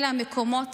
אלה המקומות